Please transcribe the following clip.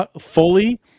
fully